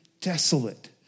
desolate